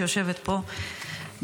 שיושבת פה,